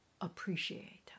appreciate